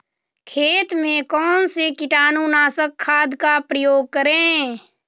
खेत में कौन से कीटाणु नाशक खाद का प्रयोग करें?